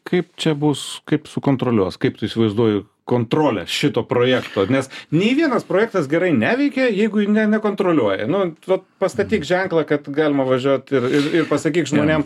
kaip čia bus kaip sukontroliuos kaip tu įsivaizduoju kontrolę šito projekto nes nei vienas projektas gerai neveikia jeigu ne nekontroliuoja nu vat pastatyk ženklą kad galima važiuoti ir ir pasakyk žmonėm